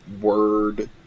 word